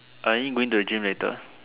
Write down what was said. are you going to the gym later